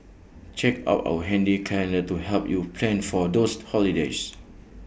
check out our handy calendar to help you plan for those holidays